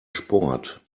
sport